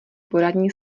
poradní